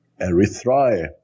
Erythrae